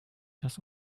das